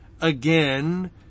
again